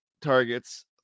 targets